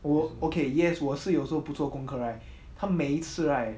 我 okay yes 我是有时候不做功课 right 他每一次 right